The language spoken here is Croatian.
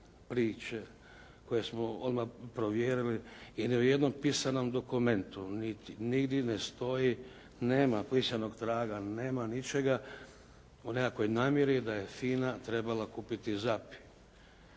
priče koje smo odmah provjerili i u ni jednom pisanom dokumentu niti nigdje ne stoji, nema pisanog traga, nema ničega o nekakvoj namjeri da je FINA trebala kupiti ZAP.